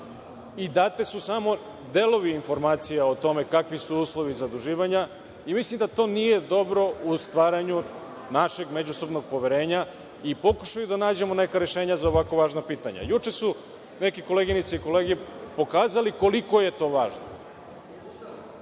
Dati su samo delovi informacija o tome kakvi su uslovi zaduživanja i mislim da to nije dobro u stvaranju našeg međusobnog poverenja i pokušaja da nađemo neka rešenja za ovako važna pitanja. Juče su neke koleginice i kolege pokazali koliko je to važno,